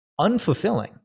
unfulfilling